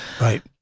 Right